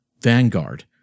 Vanguard